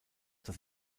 das